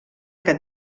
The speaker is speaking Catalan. que